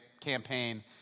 campaign